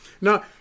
now